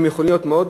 הם יכולים להיות מאוד,